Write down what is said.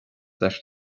leis